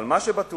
אבל מה שבטוח,